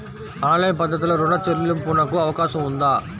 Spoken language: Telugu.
ఆన్లైన్ పద్ధతిలో రుణ చెల్లింపునకు అవకాశం ఉందా?